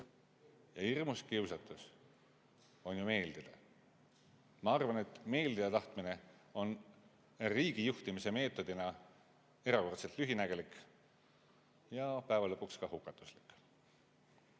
ja hirmus kiusatus on ju meeldida. Ma arvan, et meeldida tahtmine on riigijuhtimise meetodina erakordselt lühinägelik ja lõpuks ka hukatuslik.